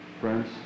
Friends